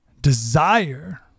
Desire